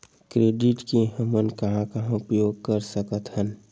Credit के हमन कहां कहा उपयोग कर सकत हन?